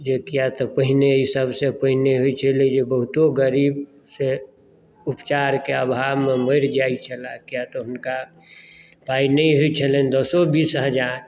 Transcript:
जे किया तऽ पहिने ई सब मे पहिने होय छलै जे बहुतो गरीब से उपचारकेँ आभावमे मरि जाइत छलए किया तऽ हुनका पाइ नहि होइ छलनि दसो बीस हजार